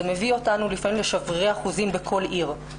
זה מביא אותנו לפעמים לשברירי אחוזים בכל עיר.